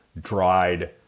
dried